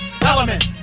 element